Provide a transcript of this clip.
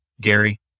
Gary